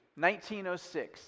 1906